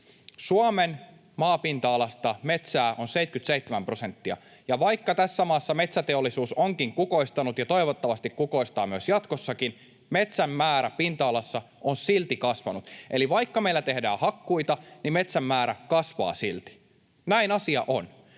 Suomen maapinta-alasta metsää on 77 prosenttia, ja vaikka tässä maassa metsäteollisuus onkin kukoistanut ja toivottavasti kukoistaa jatkossakin, metsän määrä pinta-alasta on silti kasvanut. Eli vaikka meillä tehdään hakkuita, niin metsän määrä kasvaa silti. Näin asia on.